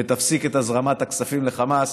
ותפסיק את הזרמת הכספים לחמאס,